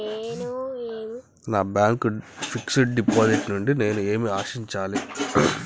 నా bank fixed deposit నుండి నేను ఏమి ఆశించాలి?